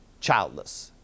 childless